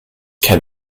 can